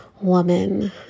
woman